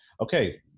Okay